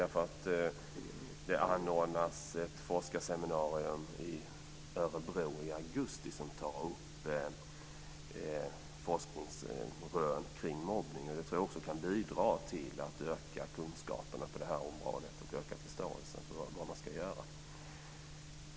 Det anordnas nämligen ett forskarseminarium i Örebro i augusti där man ska ta upp forskningsrön kring mobbning. Det tror jag också kan bidra till att öka kunskaperna på detta område och förståelsen för vad man ska göra.